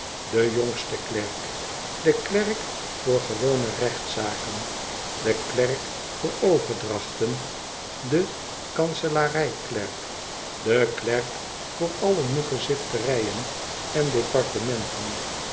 den jongsten klerk den klerk voor gewone rechtzaken den klerk voor overdrachten den kanselarij klerk den klerk voor alle muggezifterijen en departementen